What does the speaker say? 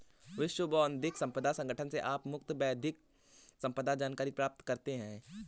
विश्व बौद्धिक संपदा संगठन से आप मुफ्त बौद्धिक संपदा जानकारी प्राप्त करते हैं